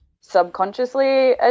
subconsciously